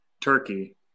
Turkey